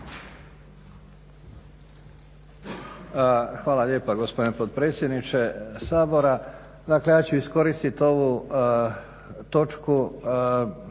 Hvala lijepa gospodine potpredsjedniče Sabora. Ja ću iskoristiti ovu točku